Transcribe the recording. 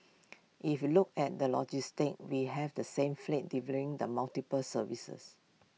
if look at the logistics we have the same fleet delivering the multiple services